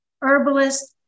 herbalist